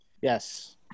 Yes